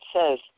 says